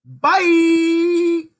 Bye